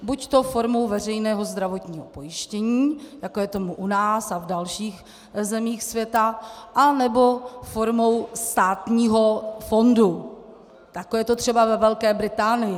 Buďto formou veřejného zdravotního pojištění, jako je tomu u nás a v dalších zemích světa, anebo formou státního fondu, jako je to třeba ve Velké Británii.